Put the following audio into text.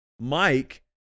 Mike